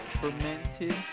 fermented